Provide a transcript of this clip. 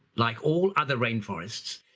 like all other rainforests,